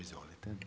Izvolite.